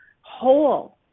whole